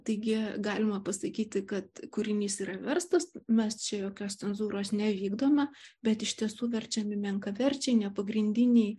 taigi galima pasakyti kad kūrinys yra verstas mes čia jokios cenzūros nevykdome bet iš tiesų verčiami menkaverčiai nepagrindiniai